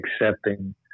accepting